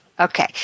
Okay